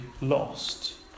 lost